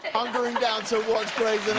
hunkering down to watch grey's